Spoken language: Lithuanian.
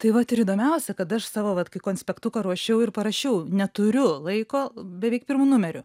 tai vat ir įdomiausia kad aš savo vat kai konspektuką ruošiau ir parašiau neturiu laiko beveik pirmu numeriu